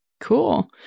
Cool